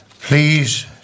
please